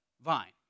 vine